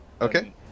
Okay